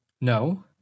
No